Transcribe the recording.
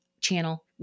channel